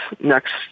next